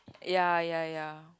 ya ya ya